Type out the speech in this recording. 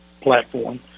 platform